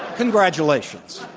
congratulations.